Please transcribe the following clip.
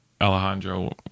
Alejandro